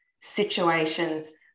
situations